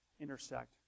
intersect